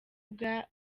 bwa